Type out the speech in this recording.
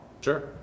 Sure